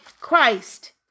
Christ